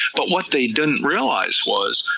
but what they didn't realize was,